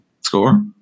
score